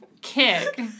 kick